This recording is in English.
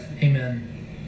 Amen